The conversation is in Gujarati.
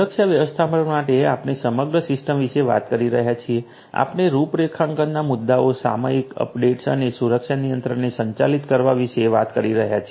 સુરક્ષા વ્યવસ્થાપન માટે આપણે સમગ્ર સિસ્ટમ વિશે વાત કરી રહ્યા છીએ આપણે રૂપરેખાંકનોના મુદ્દાઓ સામયિક અપડેટ્સ અને સુરક્ષા નિયંત્રણને સંચાલિત કરવા વિશે વાત કરી રહ્યા છીએ